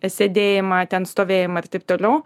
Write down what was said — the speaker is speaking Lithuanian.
sėdėjimą ten stovėjimą ir taip toliau